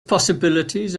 possibilities